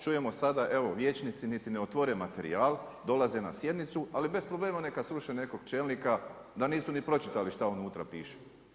Čujemo sada evo vijećnici niti ne otvore materijal, dolaze na sjednicu ali bez problema, neka sruše nekog čelnika da nisu ni pročitali šta unutra piše.